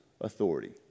authority